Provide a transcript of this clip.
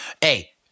hey